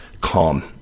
calm